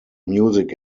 music